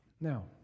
Now